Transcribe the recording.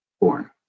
born